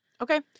Okay